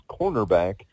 cornerback